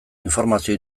informazio